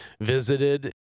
visited